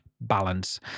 balance